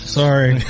sorry